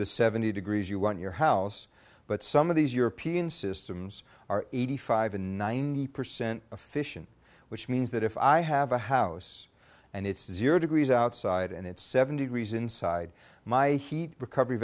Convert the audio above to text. the seventy degrees you want your house but some of these european systems are eighty five and ninety percent efficient which means that if i have a house and it's zero degrees outside and it's seven degrees inside my heat recovery